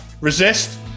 Resist